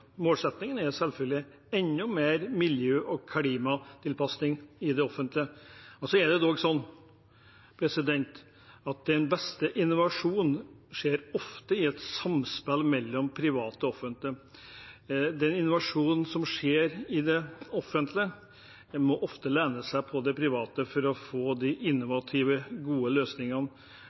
den beste innovasjonen ofte skjer i et samspill mellom private og offentlige. Den innovasjonen som skjer i det offentlige, må ofte lene seg på de private for å få de innovative, gode løsningene.